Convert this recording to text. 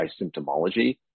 symptomology